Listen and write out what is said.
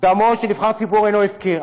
דמו של נבחר ציבור אינו הפקר.